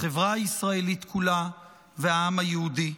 החברה הישראלית כולה והעם היהודי.